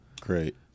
Great